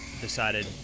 decided